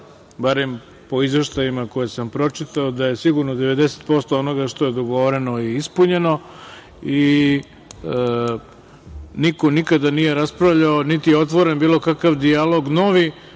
barem po izveštajima koje sam pročitao, da je sigurno 90% onoga što je dogovoreno i ispunjeno. Niko nikada nije raspravljao, niti je otvoren bilo kakav dijalog novi